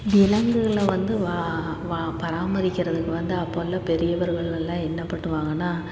விலங்குகளை வந்து வா வா பராமரிக்கிறதுக்கு வந்து அப்போ உள்ள பெரியவர்கள் எல்லாம் என்ன பண்ணுவாங்கனால்